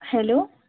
hello